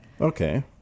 Okay